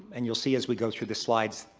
and you'll see as we go through the slides,